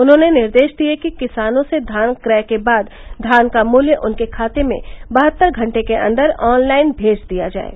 उन्होंने निर्देश दिये कि किसानों से धान क्रय के बाद धान का मूल्य उनके खाते में बहत्तर घंटे के अन्दर ऑन लाइन भेज दिया जाये